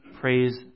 praise